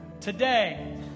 Today